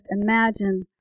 Imagine